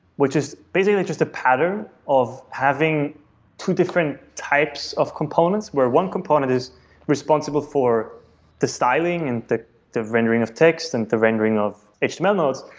which is basically just a pattern of having two different types of components, where one component is responsible for the styling and the the rendering of text and the rendering of html notes.